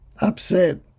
upset